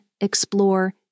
explore